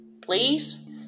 Please